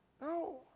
no